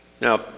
Now